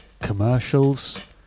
Commercials